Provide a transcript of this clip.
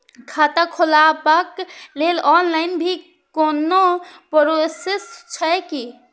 खाता खोलाबक लेल ऑनलाईन भी कोनो प्रोसेस छै की?